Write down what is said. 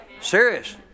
Serious